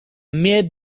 mere